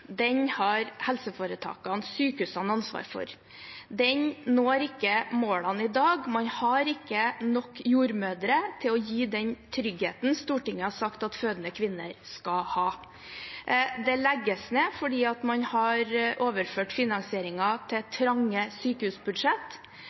Den har helseforetakene, sykehusene, ansvaret for. Man når ikke målene i dag. Man har ikke nok jordmødre til å gi den tryggheten som Stortinget har sagt at fødende kvinner skal ha. Det legges ned fordi man har overført finansieringen til